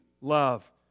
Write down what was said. love